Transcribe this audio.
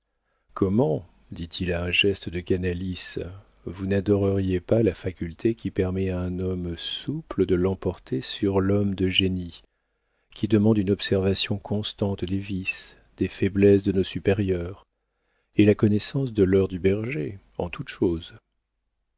comment dit-il à un geste de canalis vous n'adoreriez pas la faculté qui permet à un homme souple de l'emporter sur l'homme de génie qui demande une observation constante des vices des faiblesses de nos supérieurs et la connaissance de l'heure du berger en toute chose